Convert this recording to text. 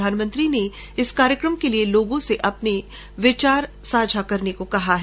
प्रधानमंत्री ने इस कार्यकम के लिए लोगों से अपने विचार साझा करने को कहा है